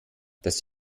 das